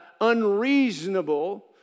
unreasonable